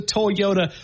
Toyota